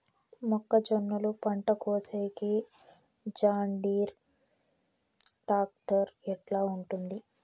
మొక్కజొన్నలు పంట కోసేకి జాన్డీర్ టాక్టర్ ఎట్లా ఉంటుంది?